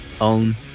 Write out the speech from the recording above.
own